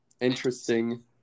interesting